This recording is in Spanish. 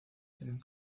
tienen